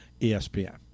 espn